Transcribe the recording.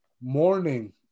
morning